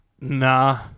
Nah